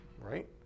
Right